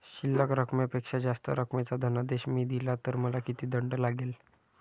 शिल्लक रकमेपेक्षा जास्त रकमेचा धनादेश मी दिला तर मला किती दंड लागेल?